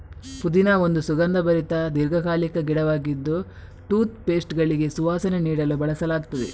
ಪುದೀನಾ ಒಂದು ಸುಗಂಧಭರಿತ ದೀರ್ಘಕಾಲಿಕ ಗಿಡವಾಗಿದ್ದು ಟೂತ್ ಪೇಸ್ಟುಗಳಿಗೆ ಸುವಾಸನೆ ನೀಡಲು ಬಳಸಲಾಗ್ತದೆ